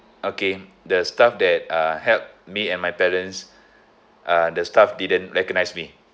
okay the staff that uh help me and my parents uh the staff didn't recognise me